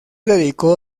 dedicó